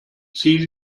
sie